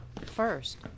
First